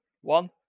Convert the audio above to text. one